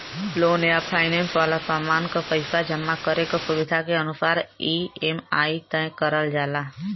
loan या finance वाला सामान क पइसा जमा करे क सुविधा के अनुसार ई.एम.आई तय करल जाला